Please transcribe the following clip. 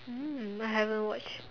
um I haven't watch